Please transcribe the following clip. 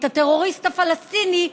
את הטרוריסט הפלסטיני,